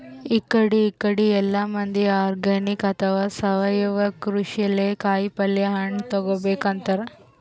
ಇಕಡಿ ಇಕಡಿ ಎಲ್ಲಾ ಮಂದಿ ಆರ್ಗಾನಿಕ್ ಅಥವಾ ಸಾವಯವ ಕೃಷಿಲೇ ಕಾಯಿಪಲ್ಯ ಹಣ್ಣ್ ತಗೋಬೇಕ್ ಅಂತಾರ್